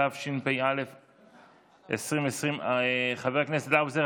התשפ"א 2020. חבר הכנסת האוזר,